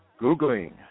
Googling